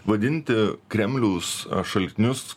vadinti kremliaus šaltinius